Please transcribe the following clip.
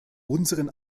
unseren